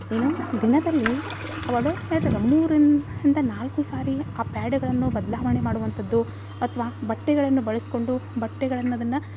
ಏನು ದಿನದಲ್ಲಿ ಅವಳು ಹೇಳ್ತೆಗ ಮೂರರಿಂದ ನಾಲ್ಕು ಸಾರಿ ಆ ಪ್ಯಾಡುಗಳನ್ನು ಬದಲಾವಣೆ ಮಾಡುವಂಥದ್ದು ಅಥ್ವ ಬಟ್ಟೆಗಳನ್ನು ಬಳಸಿಕೊಂಡು ಬಟ್ಟೆಗಳನ್ನು ಅದನ್ನು